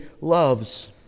loves